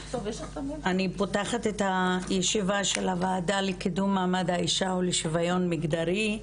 אני פותחת את ישיבת הוועדה לקידום מעמד האישה ולשוויון מגדרי.